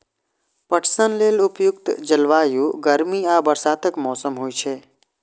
पटसन लेल उपयुक्त जलवायु गर्मी आ बरसातक मौसम होइ छै